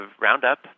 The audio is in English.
Roundup